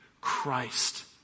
Christ